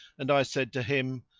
and i said to him,